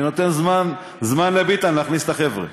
אני נותן זמן לביטן להכניס את החבר'ה,